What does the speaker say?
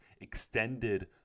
extended